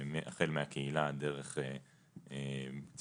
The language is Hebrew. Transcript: החל מהקהילה, דרך צוותים